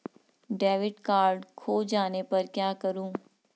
Debit card खो जाने पर क्या करूँ?